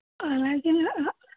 అలాగే నా